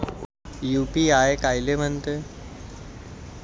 UPI कायले म्हनते?